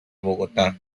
bogotá